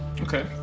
Okay